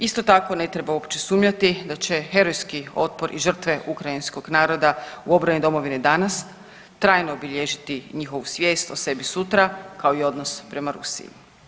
Isto tako ne treba uopće sumnjati da će herojski otpor i žrtve ukrajinskog naroda u obrani Domovine danas trajno obilježiti njihovu svijest o sebi sutra kao i odnos prema Rusiji.